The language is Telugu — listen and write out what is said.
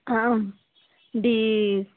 డి